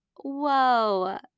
whoa